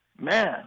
Man